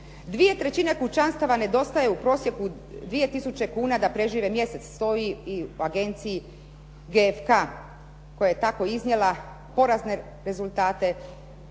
Dvije trećine kućanstava nedostaje u prosjeku 2 tisuće kuna da prežive mjesec, stoji u Agenciji GFK-a koja je tako iznijela porazne rezultate